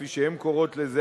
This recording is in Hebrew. כפי שהן קוראות לזה,